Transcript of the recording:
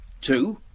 Two